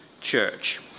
church